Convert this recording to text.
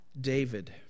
David